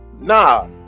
Nah